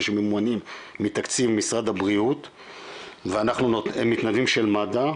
שממומנים מתקציב משרד הבריאות והם מתנדבים של מד"א,